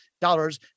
dollars